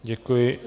Děkuji.